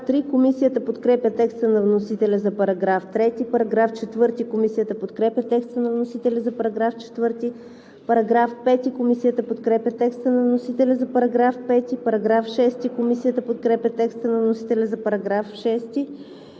3. Комисията подкрепя текста на вносителя за § 4. Комисията подкрепя текста на вносителя за § 5. Комисията подкрепя текста на вносителя за § 6. Комисията подкрепя текста на вносителя за § 7.